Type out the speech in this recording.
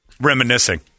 Reminiscing